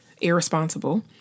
irresponsible